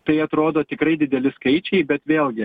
tai atrodo tikrai dideli skaičiai bet vėlgi